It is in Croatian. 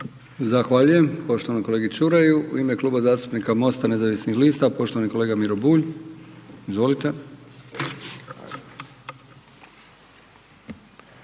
Zahvaljujem poštovanom kolegi Čuraju. U ime Kluba zastupnika MOST-a nezavisnih lista, poštovani kolega Miro Bulj. Izvolite.